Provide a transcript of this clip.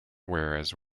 whereas